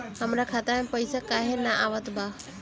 हमरा खाता में पइसा काहे ना आवत बा?